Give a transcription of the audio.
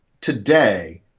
today